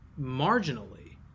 marginally